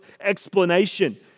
explanation